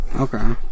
Okay